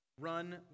run